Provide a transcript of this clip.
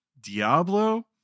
Diablo